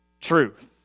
truth